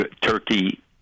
Turkey